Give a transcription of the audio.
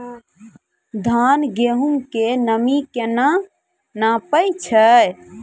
धान, गेहूँ के नमी केना नापै छै?